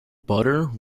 butter